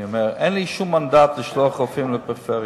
אני אומר, אין לי שום מנדט לשלוח רופאים לפריפריה,